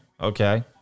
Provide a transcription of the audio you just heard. okay